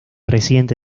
reciente